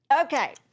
Okay